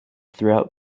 throughout